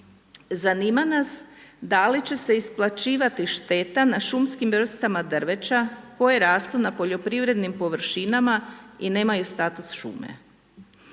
Zanima nas da li će se isplaćivati šteta na šumskim vrstama drveća koje rastu na poljoprivrednim površinama i nemaju status šume?